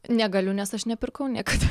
negaliu nes aš nepirkau niekada